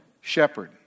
shepherd